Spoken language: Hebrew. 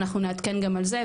אנחנו נעדכן גם על זה,